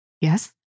yes